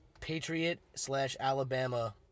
Patriot-slash-Alabama-